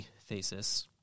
thesis